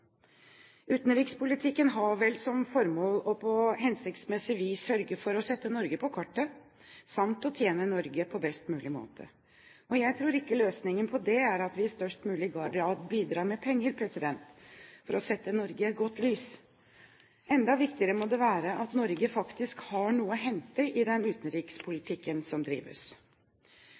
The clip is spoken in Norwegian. Utenrikspolitikken har vel som formål på hensiktsmessig vis å sørge for å sette Norge på kartet samt å tjene Norge på best mulig måte. Jeg tror ikke løsningen på det er at vi i størst mulig grad bidrar med penger for å sette Norge i et godt lys. Enda viktigere må det være at Norge faktisk har noe å hente i den utenrikspolitikken som drives.